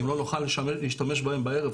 אם לא נוכל להשתמש בהם בערב,